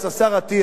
השר אטיאס,